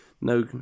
No